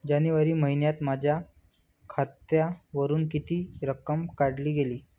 जानेवारी महिन्यात माझ्या खात्यावरुन किती रक्कम काढली गेली?